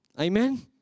Amen